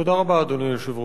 תודה רבה, אדוני היושב-ראש.